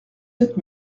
sept